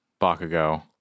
Bakugo